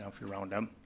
ah if you round up.